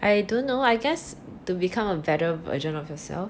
I don't know I guess to become a better version of yourself